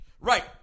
Right